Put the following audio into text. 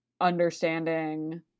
understanding